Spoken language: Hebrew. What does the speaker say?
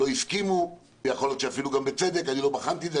לא הסכימו - ויכול להיות אפילו גם בצדק - אני לא בחנתי את זה,